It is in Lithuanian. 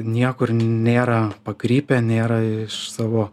niekur nėra pakrypę nėra iš savo